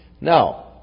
Now